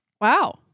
Wow